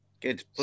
Good